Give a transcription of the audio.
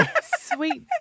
Sweet